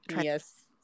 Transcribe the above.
Yes